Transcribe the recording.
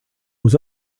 aux